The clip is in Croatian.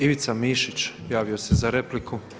Ivica Mišić, javio se za repliku.